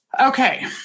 Okay